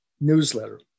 newsletter